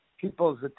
people's